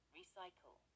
Recycle